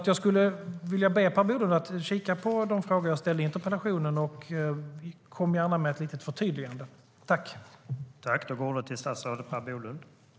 Jag ber därför Per Bolund att kika på de frågor jag ställde i interpellationen och komma med ett litet förtydligande.